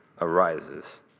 arises